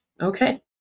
Okay